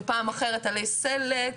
ופעם אחרת עלי סלק,